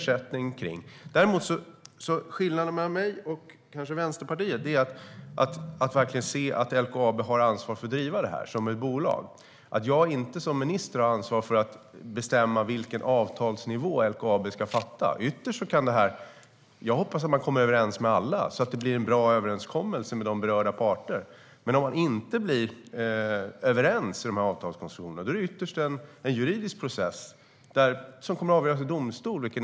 Skillnaden mellan mig och Vänsterpartiet är att verkligen se att LKAB har ansvar för att driva det här som ett bolag och att jag inte som minister har ansvar för att bestämma vilken avtalsnivå LKAB ska fatta beslut om. Jag hoppas att man kommer överens med alla så att det blir en bra överenskommelse med de berörda parterna. Men om man inte blir överens i de här avtalskonstruktionerna är det ytterst en juridisk process som kommer att avgöras i domstol.